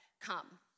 come